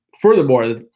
furthermore